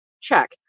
Check